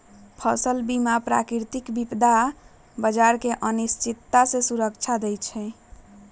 फसल बीमा प्राकृतिक विपत आऽ बाजार के अनिश्चितता से सुरक्षा देँइ छइ